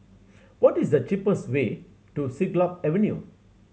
what is the cheapest way to Siglap Avenue